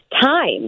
time